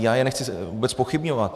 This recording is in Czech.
Já je nechci vůbec zpochybňovat.